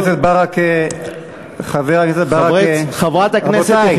חבר הכנסת ברכה.